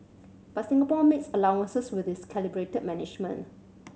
but Singapore makes allowances with its calibrated management